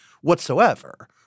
whatsoever